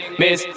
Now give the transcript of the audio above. miss